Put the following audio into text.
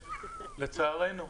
לצערנו.